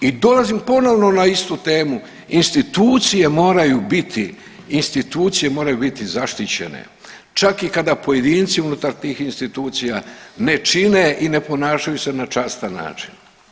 I dolazim ponovno na istu temu institucije moraju biti, institucije moraju biti zaštićene, čak i kada pojedinci unutar tih institucija ne čine i ne ponašaju se na častan način.